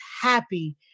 happy